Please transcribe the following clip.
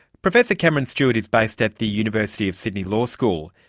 professor cameron stewart is based at the university of sydney law school.